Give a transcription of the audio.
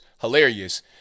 hilarious